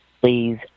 Please